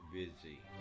busy